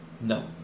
No